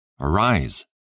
Arise